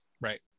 Right